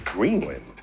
Greenland